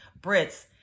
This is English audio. Brits